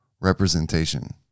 representation